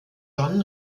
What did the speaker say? john